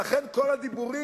לכן כל הדיבורים